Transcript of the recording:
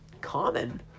common